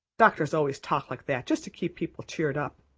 doctors always talk like that just to keep people cheered up.